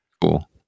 cool